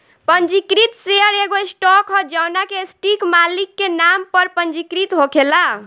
पंजीकृत शेयर एगो स्टॉक ह जवना के सटीक मालिक के नाम पर पंजीकृत होखेला